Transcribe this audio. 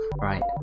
Right